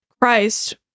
Christ